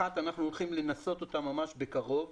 תוכנית אחת אנחנו הולכים לנסות אותה ממש בקרוב,